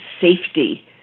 safety